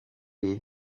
les